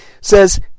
says